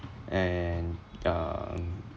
and um